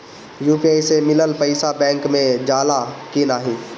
UPI से मिलल पईसा बैंक मे जाला की नाहीं?